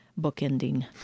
bookending